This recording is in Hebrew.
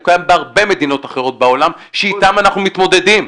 הוא קיים בהרבה מדינות אחרות בעולם שאיתן אנחנו מתמודדים.